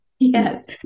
Yes